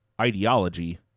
ideology